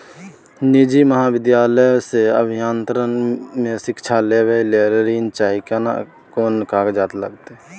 निजी महाविद्यालय से अभियंत्रण मे शिक्षा लेबा ले ऋण चाही केना कोन कागजात लागतै?